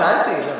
שאלתי.